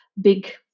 big